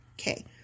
Okay